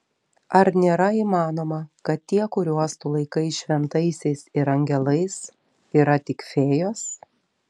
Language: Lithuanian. ar nėra įmanoma kad tie kuriuos tu laikai šventaisiais ir angelais yra tik fėjos